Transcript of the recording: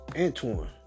Antoine